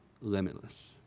limitless